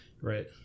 Right